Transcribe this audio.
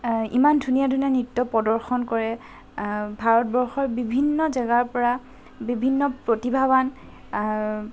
ইমান ধুনীয়া ধুনীয়া নৃত্য প্ৰদৰ্শন কৰে ভাৰতবৰ্ষৰ বিভিন্ন জেগাৰ পৰা বিভিন্ন প্ৰতিভাৱান